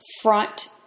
Front